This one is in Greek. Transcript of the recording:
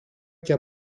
και